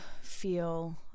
feel